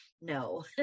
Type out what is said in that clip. no